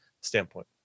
standpoint